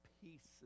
pieces